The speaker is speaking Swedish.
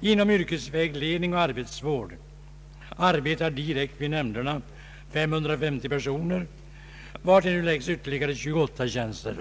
Inom yrkesvägledning och arbetsvård arbetar direkt vid nämnderna 550 personer, vartill nu läggs ytterligare 28 tjänster.